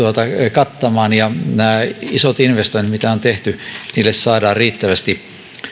kattamaan ja näille isoille investoinneille mitä on tehty saadaan riittävästi